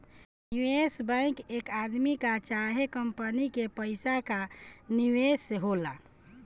निवेश बैंक एक आदमी कअ चाहे कंपनी के पइसा कअ निवेश होला